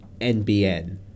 NBN